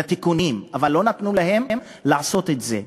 לתיקונים, אבל לא נתנו להם לעשות את זה.